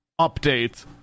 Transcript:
update